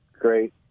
great